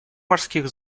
морских